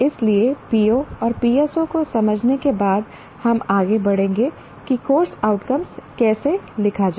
इसलिए PO और PSO को समझने के बाद हम आगे बढ़ेंगे कि कोर्स आउटकम्स को कैसे लिखा जाए